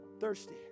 Thirsty